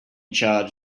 charge